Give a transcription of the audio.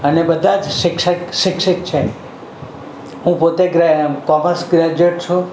અને બધા જ શિક્ષક શિક્ષિત છે હું પોતે ગ્રે કોમર્સ ગ્રેજ્યુએટ છું